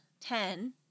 ten